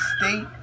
state